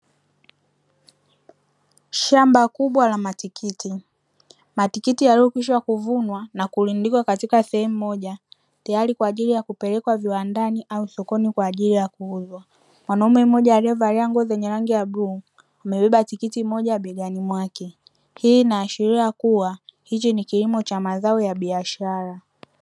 Shamba kubwa la matikiti. Matikiti yaliokishwa kuvunwa na kurundikwa katika sehemu moja tayari kwa ajili ya kupelekwa viwandani au sokoni kwa ajili ya kuuzwa. Mwanaume mmoja amewalewa rango zenye rangi ya bluu. Amebeba tikiti moja begani mwake. Hii inaashiria kuwa hicho ni kilimo cha mazao ya biashara.